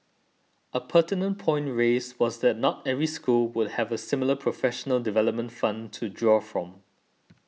a pertinent point raised was that not every school would have a similar professional development fund to draw from